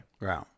Right